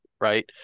Right